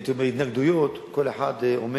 הייתי אומר, התנגדויות, כל אחד אומר